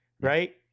right